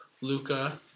Luca